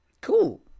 cool